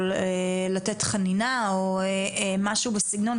לתת חנניה או משהו בסגנון.